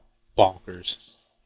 bonkers